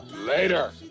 later